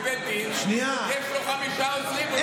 נגיד שלדיין בבית דין יש חמישה עוזרים והוא לא צריך להיות דיין,